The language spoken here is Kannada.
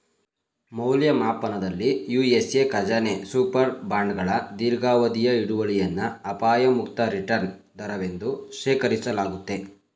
ಮೌಲ್ಯಮಾಪನದಲ್ಲಿ ಯು.ಎಸ್.ಎ ಖಜಾನೆ ಸೂಪರ್ ಬಾಂಡ್ಗಳ ದೀರ್ಘಾವಧಿಯ ಹಿಡುವಳಿಯನ್ನ ಅಪಾಯ ಮುಕ್ತ ರಿಟರ್ನ್ ದರವೆಂದು ಶೇಖರಿಸಲಾಗುತ್ತೆ